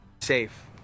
Safe